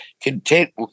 content